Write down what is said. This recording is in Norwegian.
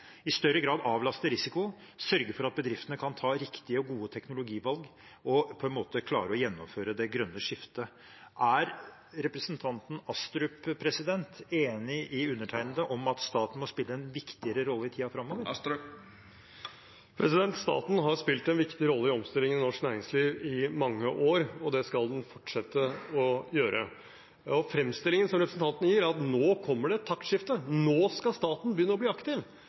i større grad avlaste risiko, sørge for at bedriftene kan ta riktige og gode teknologivalg og på en måte klare å gjennomføre det grønne skiftet. Er representanten Astrup enig med undertegnede i at staten må spille en viktigere rolle i tiden framover? Staten har spilt en viktig rolle i omstillingen av norsk næringsliv i mange år, og det skal den fortsette å gjøre. Fremstillingen som representanten gir, at nå kommer det et taktskifte, og at nå skal staten begynne å bli aktiv,